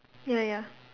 ya ya